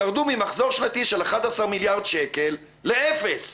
ירדו ממחזור שנתי של 11 מיליארד שקלים לאפס.